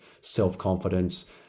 self-confidence